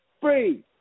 free